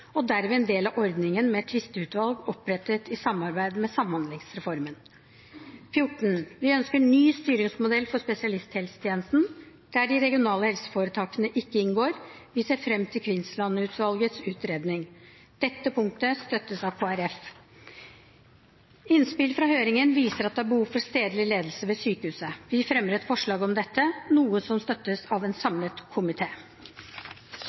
og derved en del av ordningen med tvisteutvalg opprettet i forbindelse med samhandlingsreformen. Vi ønsker ny styringsmodell for spesialisthelsetjenesten, der de regionale helseforetakene ikke inngår. Vi ser fram til Kvinnsland-utvalgets utredning. Dette punktet støttes av Kristelig Folkeparti. Innspill fra høringen viser at det er behov for stedlig ledelse ved sykehusene. Vi fremmer et forslag om dette, noe som støttes av en